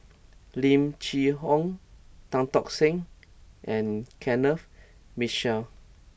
Lim Chee Onn Tan Tock Seng and Kenneth Mitchell